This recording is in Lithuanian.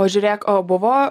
o žiūrėk o buvo